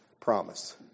promise